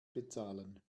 bezahlen